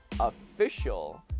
official